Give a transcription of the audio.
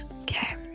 okay